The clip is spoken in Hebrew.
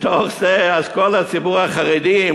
מתוך זה כל הציבור החרדי,